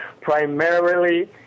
primarily